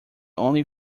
only